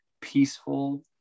peaceful